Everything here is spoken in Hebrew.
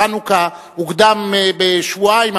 חנוכה הוקדם בשבועיים,